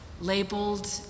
labeled